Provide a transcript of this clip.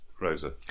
Rosa